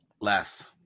Less